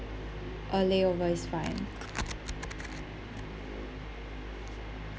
a layover is fine